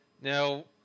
Now